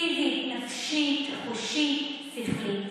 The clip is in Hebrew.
פיזית, נפשית, חושית, שכלית.